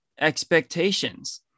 expectations